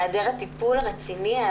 היעדר הטיפול הרציני,